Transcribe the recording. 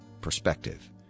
perspective